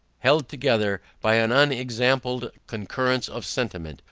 held together by an unexampled concurrence of sentiment,